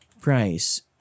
price